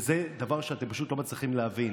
וזה דבר שאתם פשוט לא מצליחים להבין.